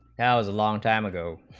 ah as a long time ago